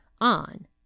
on